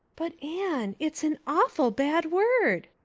but, anne, it's an awful bad word.